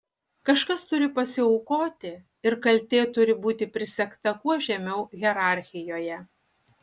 kažkas turi pasiaukoti ir kaltė turi būti prisegta kuo žemiau hierarchijoje